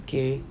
okay